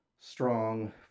strong